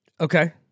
Okay